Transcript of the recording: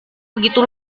begitu